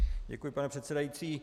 Děkuji, pane předsedající.